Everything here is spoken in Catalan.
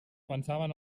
pensaven